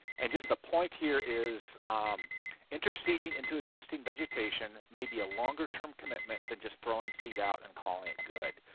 and just the point here is interseeding into existing vegetation may be a longer-term commitment that just throwing seed out and calling it good.